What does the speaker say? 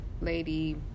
lady